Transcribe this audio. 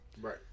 Right